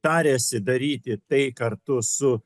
tariasi daryti tai kartu su